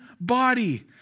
body